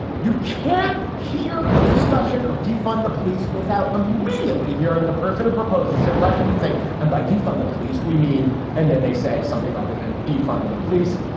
you can't hear a discussion of defund the police without immediately hearing the person who proposes that russian say. and by defund the police, we mean and then they say something other than defunding the police.